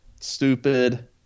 Stupid